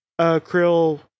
Krill